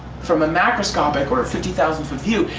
from a macroscopic, or fifty thousand foot view,